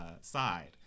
side